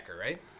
right